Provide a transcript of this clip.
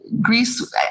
Greece